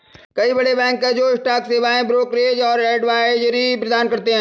कई बड़े बैंक हैं जो स्टॉक सेवाएं, ब्रोकरेज और एडवाइजरी प्रदान करते हैं